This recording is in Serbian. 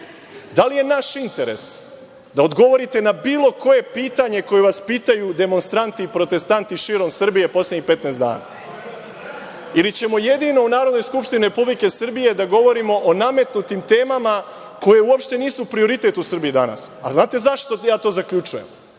Da li je naš interes da odgovorite na bilo koje pitanje koje vas pitaju demonstranti, protestanti širom Srbije, poslednjih 15 dana, ili ćemo jedino u Narodnoj skupštini Republike Srbije da govorimo o nametnutim temama koje uopšte nisu prioritet u Srbiji danas. Znate zašto to zaključujem,